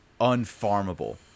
unfarmable